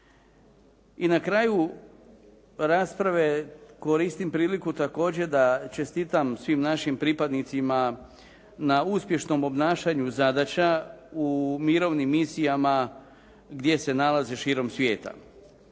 I na kraju rasprave koristim priliku također da čestitam svim našim pripadnicima na uspješnom obnašanju zadaća u mirovnim misijama gdje se nalaze širom svijeta.